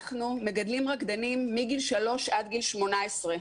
אנחנו מגדלים רקדנים מגיל שלוש עד גיל 18,